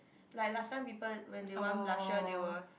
like last time people when they want blusher they will